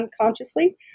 unconsciously